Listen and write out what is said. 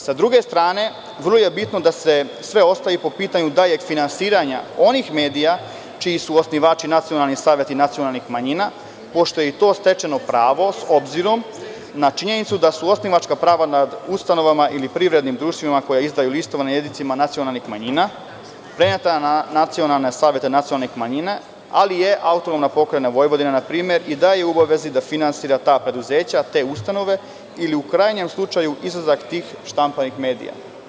Sa druge strane, vrlo je bitno da se sve ostavi po pitanju daljeg finansiranja onih medija, čiji su osnivači nacionalni saveti nacionalnih manjina, pošto je i to stečeno pravo s obzirom na činjenicu da su osnivačka prava nad ustanovama ili privrednim društvima koja izdaju listove na jezicima nacionalnih manjina preneta na nacionalne saveta nacionalnih manjina, ali je AP Vojvodina npr. i dalje u obavezi da finansira ta preduzeća, te ustanove, ili u krajnjem slučaju izlazak tih štampanih medija.